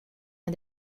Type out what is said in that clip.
and